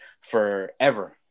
forever